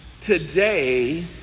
today